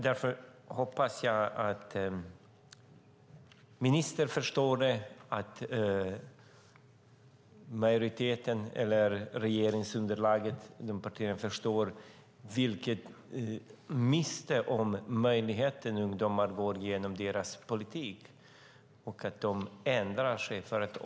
Därför hoppas jag att ministern och allianspartierna, regeringsunderlaget, förstår vilken möjlighet ungdomarna går miste om på grund av den förda politiken. Jag hoppas att regeringen ändrar sig.